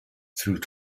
through